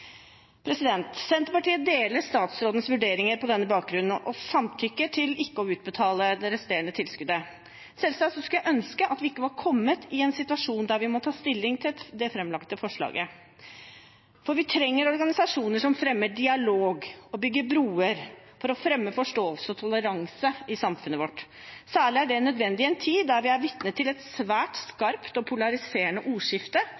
Senterpartiet deler statsrådens vurderinger på denne bakgrunn og samtykker til ikke å utbetale det resterende tilskuddet. Selvsagt skulle jeg ønske at vi ikke var kommet i en situasjon der vi må ta stilling til det framlagte forslaget, for vi trenger organisasjoner som fremmer dialog og bygger broer for å fremme forståelse og toleranse i samfunnet vårt. Særlig er det nødvendig i en tid der vi er vitne til et svært skarpt og polariserende ordskifte,